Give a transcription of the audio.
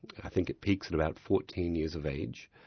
i think it peaks at about fourteen years of age,